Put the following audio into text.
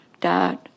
dad